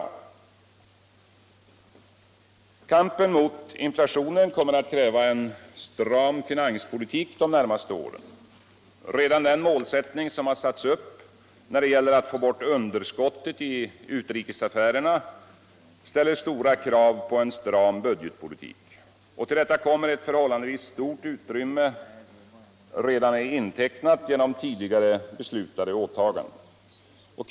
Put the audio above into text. Kampen mot inflationen kommer också att kräva en stram finanspolitik de närmaste åren. Redan den målsättning som har satts upp när det gäller att få bort underskottet i utrikesaffärerna ställer stora krav på en stram budgetpolitik. Till detta kommer att ett förhållandevis stort utrymme redan är intecknat genom tidigare beslutade åtaganden.